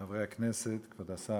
חברי הכנסת, כבוד השר,